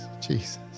Jesus